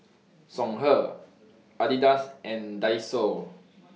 Songhe Adidas and Daiso